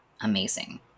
amazing